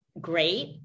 great